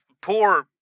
Poor